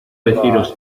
deciros